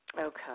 Okay